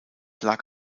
lag